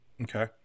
okay